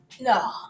No